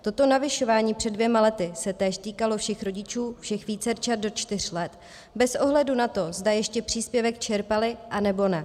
Toto navyšování před dvěma lety se též týkalo všech rodičů všech vícerčat do čtyř let bez ohledu na to, zda ještě příspěvek čerpali, anebo ne.